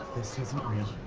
this isn't real.